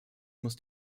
muss